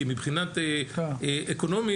כי מבחינת אקונומי,